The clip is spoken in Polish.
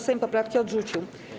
Sejm poprawki odrzucił.